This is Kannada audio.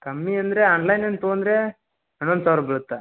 ಕಮ್ಮಿ ಅಂದರೆ ಆನ್ಲೈನಿಂದ ತಗೊಂಡ್ರೆ ಹನ್ನೊಂದು ಸಾವಿರ ಬೀಳುತ್ತೆ